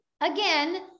again